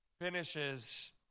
finishes